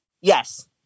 Yes